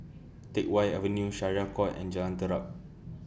Teck Whye Avenue Syariah Court and Jalan Terap